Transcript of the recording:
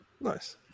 Nice